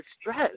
stress